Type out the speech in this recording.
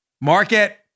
market